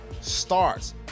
starts